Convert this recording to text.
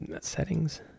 settings